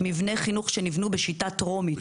מבני חינוך שנבנו בשיטה טרומית.